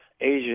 Asia